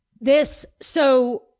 this—so—